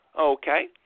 okay